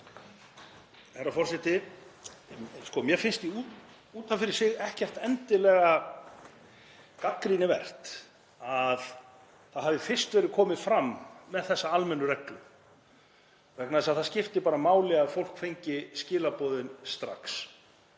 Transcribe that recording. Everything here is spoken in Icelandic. Herra forseti. Mér finnst út af fyrir sig ekkert endilega gagnrýnivert að fyrst hafi verið komið fram með þessa almennu reglu, vegna þess að það skipti máli að fólk fengi skilaboðin strax.